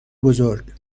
بزرگ